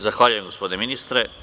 Zahvaljujem gospodine ministre.